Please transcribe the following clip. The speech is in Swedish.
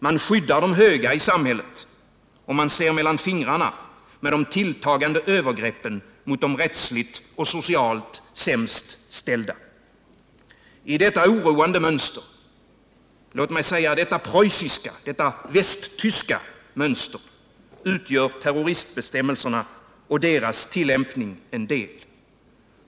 Man skyddar de höga i samhället och ser mellan fingrarna med de tilltagande övergreppen mot de rättsligt och socialt sämst ställda. I detta oroande mönster — låt mig säga — detta preussiska, detta västtyska mönster utgör terroristbestämmelserna och deras tillämpning en del.